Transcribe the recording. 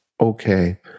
Okay